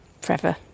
forever